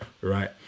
right